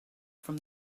from